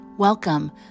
Welcome